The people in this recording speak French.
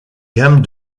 gamme